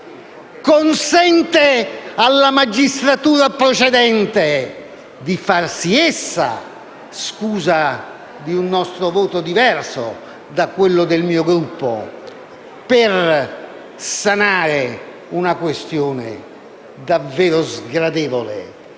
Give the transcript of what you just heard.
consente alla magistratura procedente di farsi essa scudo di un nostro voto diverso da quello del mio Gruppo per sanare la questione, davvero sgradevole,